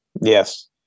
Yes